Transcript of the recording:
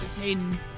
Hayden